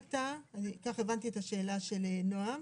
כך הבנתי את השאלה של נעם,